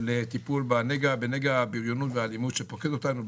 לטיפול בנגע הבריונות והאלימות שפוקד אותנו.